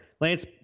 Lance